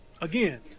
again